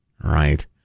right